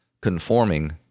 conforming